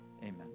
amen